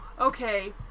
okay